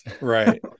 right